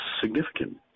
significant